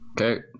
Okay